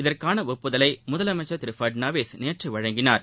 இதற்கான ஒப்புதலை முதலமைச்சர் திரு ஃபட்னாவிஸ் நேற்று வழங்கினார்